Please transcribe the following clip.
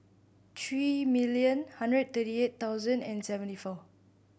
three million hundred thirty eight thousand and seventy four